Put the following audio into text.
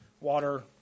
water